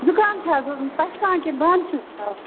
زُکام چھِ حظ پَشپان کِنہٕ بنٛد چھُ